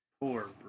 Poor